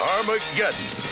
Armageddon